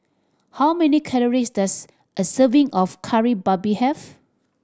how many calories does a serving of Kari Babi have